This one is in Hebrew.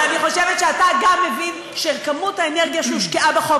אבל אני חושבת שאתה גם מבין שכמות האנרגיה שהושקעה בחוק